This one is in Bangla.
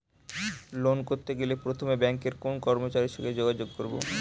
লোন করতে গেলে প্রথমে ব্যাঙ্কের কোন কর্মচারীর সাথে যোগাযোগ করব?